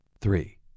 three